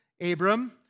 Abram